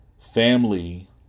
Family